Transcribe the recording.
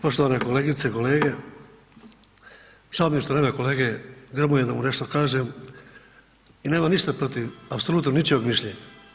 Poštovana kolegice i kolege, žao mi je što nema kolege Grmoje da mu nešto kažem i nemam ništa protiv apsolutno ničijeg mišljenja.